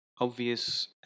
obvious